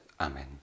Amen